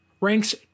ranks